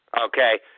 okay